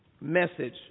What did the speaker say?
message